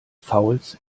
fouls